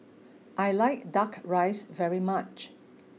I like Duck Rice very much